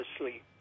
asleep